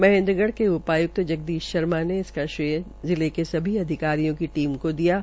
महेन्द्रगढ़ के उपाय्क्त जगदीश शर्मा ने इसका श्रेय जिले के सभी अधिकारियों की टीम को दिया है